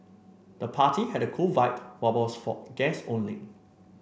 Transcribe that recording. the party had a cool vibe but was for guests only